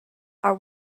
are